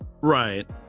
Right